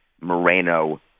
Moreno